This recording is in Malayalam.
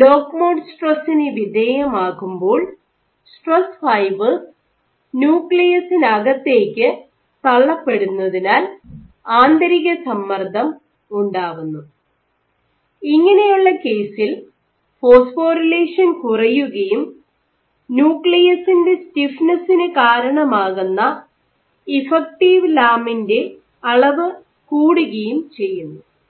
ലോക്ക് മോഡ് സ്ട്രെസ്സിനു വിധേയമാകുമ്പോൽ സ്ട്രെസ് ഫൈബേർസ് ന്യൂക്ലിയസിനകത്തേക്ക് തള്ളപ്പെടുന്നതിനാൽ ആന്തരികസമ്മർദ്ദം ഉണ്ടാവുന്നു ഇങ്ങനെയുള്ള കേസിൽ ഫോസ്ഫോറിലേഷൻ കുറയുകയും ന്യൂക്ലിയസിന്റെ സ്റ്റിഫ്നെസ്സിനു കാരണമാകുന്ന ഇഫക്റ്റീവ് ലാമിന്റെ അളവ് കൂടുകയും ചെയ്യുന്നു